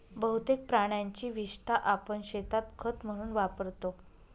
बहुतेक प्राण्यांची विस्टा आपण शेतात खत म्हणून वापरतो